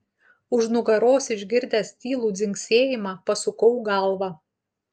už nugaros išgirdęs tylų dzingsėjimą pasukau galvą